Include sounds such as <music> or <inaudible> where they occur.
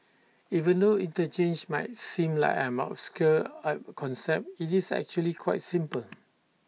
even though interchange might seem like an obscure <noise> concept IT is actually quite simple